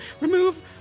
Remove